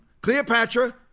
Cleopatra